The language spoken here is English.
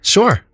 Sure